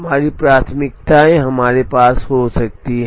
हमारी प्राथमिकताएँ हमारे पास हो सकती हैं